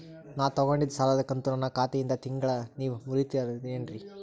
ನಾ ತೊಗೊಂಡಿದ್ದ ಸಾಲದ ಕಂತು ನನ್ನ ಖಾತೆಯಿಂದ ತಿಂಗಳಾ ನೇವ್ ಮುರೇತೇರೇನ್ರೇ?